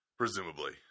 Presumably